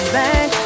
back